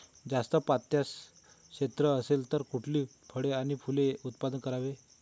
जास्त पात्याचं क्षेत्र असेल तर कुठली फळे आणि फूले यांचे उत्पादन करावे?